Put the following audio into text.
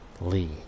lee